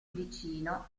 vicino